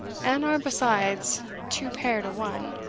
and are, besides, two pair to one,